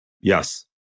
yes